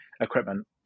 equipment